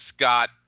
Scott